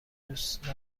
دوست